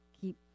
keep